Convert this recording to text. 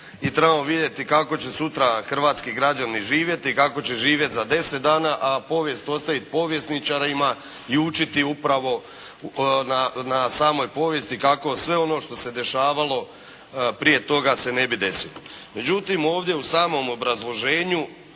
i trebamo vidjeti kako će sutra hrvatski građani živjeti, kako će živjeti za 10 dana, a povijest ostavit povjesničarima i učiti upravo na samoj povijesti kako sve ono što se dešavalo prije toga se ne bi desilo. Međutim, ovdje u samom obrazloženju